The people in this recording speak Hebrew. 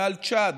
מעל צ'אד,